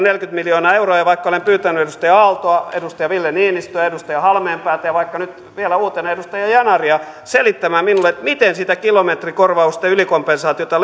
miljoonaa euroa ja vaikka olen pyytänyt edustaja aaltoa edustaja ville niinistöä edustaja halmeenpäätä ja vaikka nyt vielä uutena edustaja yanaria selittämään minulle miten sitä kilometrikorvausten ylikompensaatiota